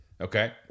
Okay